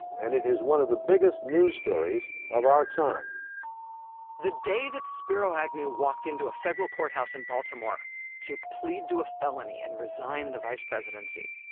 and it is one of the biggest news stories of our time the day that spiro agnew walked into a federal courthouse in baltimore to plead to a felony and resign the vice presidency,